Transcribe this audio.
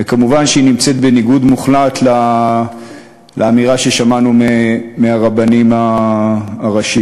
ומובן שהיא עומדת בניגוד מוחלט לאמירה ששמענו מהרבנים הראשיים.